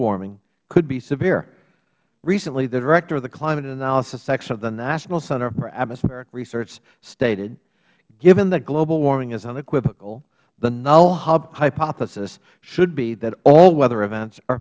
warming could be severe recently the director of the climate analysis section of the national center for atmospheric research stated given that global warming is unequivocal the null hub hypothesis should be that all weather events are